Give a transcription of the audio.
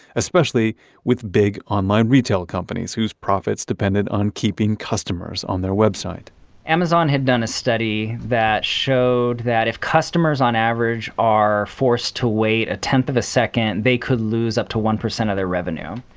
especially with big online retail companies whose profits depended on keeping customers on their website amazon had done a study that showed that if customers on average are forced to wait a tenth of a second, they could lose up to one percent of their revenue.